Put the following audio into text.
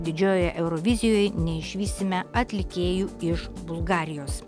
didžiojoje eurovizijoj neišvysime atlikėjų iš bulgarijos